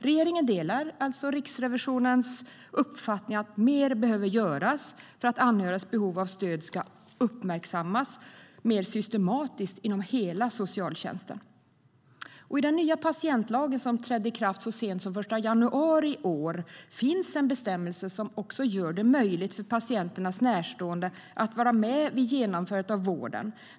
Regeringen delar Riksrevisionens uppfattning att mer behöver göras för att anhörigas behov av stöd ska uppmärksammas mer systematiskt inom hela socialtjänsten. I den nya patientlagen, som trädde i kraft så sent som den 1 januari i år, finns det en bestämmelse som gör det möjligt för patientens närstående att vara med vid genomförandet av vården.